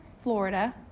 Florida